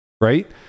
right